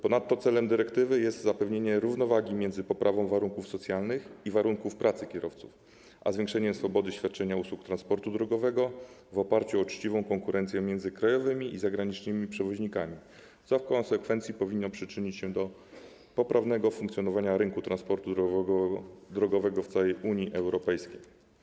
Ponadto celem dyrektywy jest zapewnienie równowagi między poprawą warunków socjalnych i warunków pracy kierowców a zwiększeniem swobody świadczenia usług transportu drogowego w oparciu o uczciwą konkurencję między krajowymi i zagranicznymi przewoźnikami, co w konsekwencji powinno przyczynić się do poprawnego funkcjonowania rynku transportu drogowego w całej Unii Europejskiej.